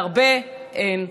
והרבה אין.